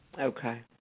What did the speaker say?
Okay